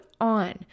on